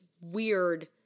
weird